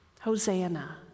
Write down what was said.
Hosanna